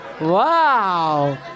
Wow